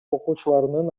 окуучуларынын